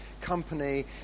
company